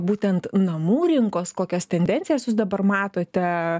būtent namų rinkos kokias tendencijas jūs dabar matote